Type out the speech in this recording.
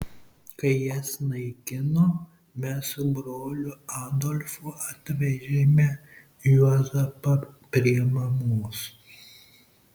kai jas naikino mes su broliu adolfu atvežėme juozapą prie mamos